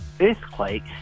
earthquake